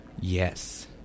Yes